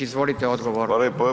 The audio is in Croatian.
Izvolite, odgovor.